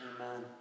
Amen